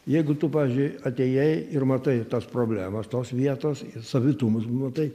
jeigu tu pavyzdžiui atėjai ir matai tas problemas tos vietos savitumus matai